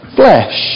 flesh